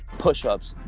push ups,